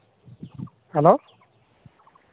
hello